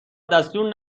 دستور